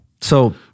so-